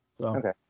okay